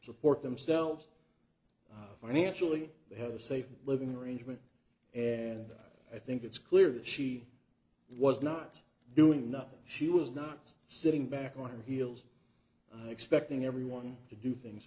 support themselves financially they had a safe living arrangement and i think it's clear that she was not doing nothing she was not sitting back on her heels expecting everyone to do things